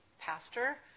pastor